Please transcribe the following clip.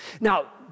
Now